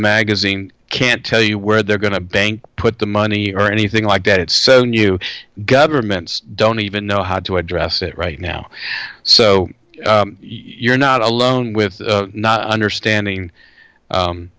magazine can't tell you where they're going to bank put the money or anything like that so new governments don't even know how to address it right now so you're not alone with not understanding